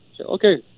Okay